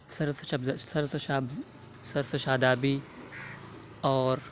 سر و سبزہ سر و شاب سر و شادابی اور